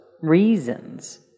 reasons